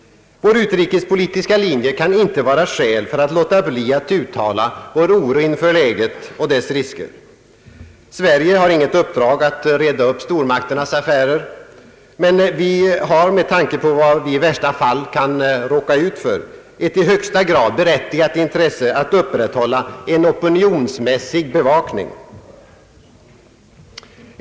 Vår utrikespolitiska linje kan inte vara skäl för att låta bli att uttala vår oro inför läget och dess risker. Sverige har inget uppdrag att reda upp stormakternas affärer, men vi har med tanke på vad vi i värsta fall kan råka ut för ett i högsta grad berättigat intresse att upprätthålla en opinionsmässig bevakning.